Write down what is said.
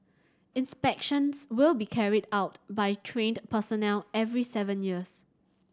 inspections will be carried out by trained personnel every seven years